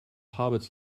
hobbits